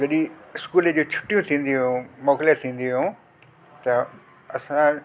जॾहिं स्कूल जी छुट्टियूं थींदी हुयूं मोकल थींदी हुयूं त असां